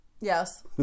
Yes